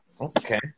Okay